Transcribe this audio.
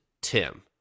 Tim